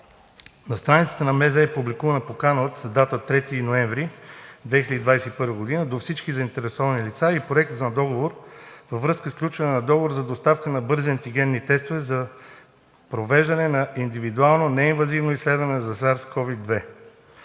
на здравеопазването е публикувана покана – с дата 3 ноември 2021 г., до всички заинтересовани лица и Проект за договор във връзка със сключване на договор за доставка на бързи антигенни тестове за провеждане на индивидуално неинвазивно изследване за SARS-CoV-2